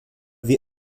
wir